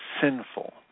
sinful